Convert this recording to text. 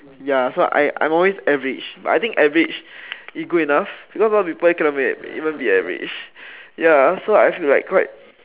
ya so I I'm always average but I think average is good enough because a lot people cannot even be average ya so like I feel like quite